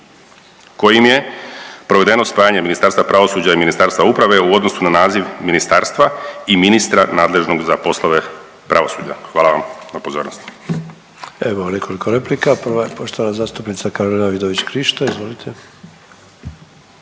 kojim je provedeno spajanje Ministarstva pravosuđa i Ministarstva uprave u odnosu na naziv ministarstva i ministra nadležnog za poslove pravosuđa. Hvala vam na pozornosti. **Sanader, Ante (HDZ)** Imamo nekoliko replika. Prva je poštovana zastupnica Karolina Vidović Krišto, izvolite.